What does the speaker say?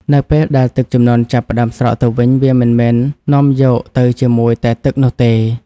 នៅពេលដែលទឹកជំនន់ចាប់ផ្ដើមស្រកទៅវិញ វាមិនមែននាំយកទៅជាមួយតែទឹកនោះទេ។